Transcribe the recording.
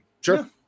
Sure